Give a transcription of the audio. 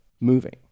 moving